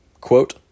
Quote